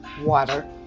water